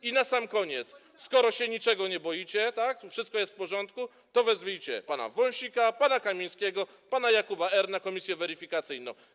I na sam koniec: skoro się niczego nie boicie, skoro wszystko jest w porządku, to wezwijcie pana Wąsika, pana Kamińskiego, pana Jakuba R. przed komisję weryfikacyjną.